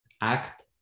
Act